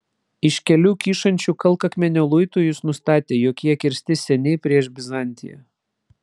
iš kelių kyšančių kalkakmenio luitų jis nustatė jog jie kirsti seniai prieš bizantiją